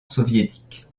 soviétique